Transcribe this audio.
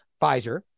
Pfizer